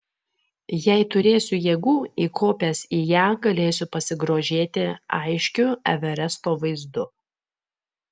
jei turėsiu jėgų įkopęs į ją galėsiu pasigrožėti aiškiu everesto vaizdu